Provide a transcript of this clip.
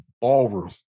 ballroom